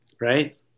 right